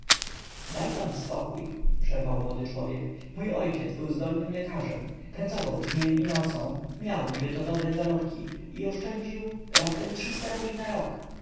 daj pan spokój przerwał młody człowiek mój ojciec był zdolnym lekarzem pracował dniem i nocą miał nibyto dobre zarobki i oszczędził raptem rubli na rok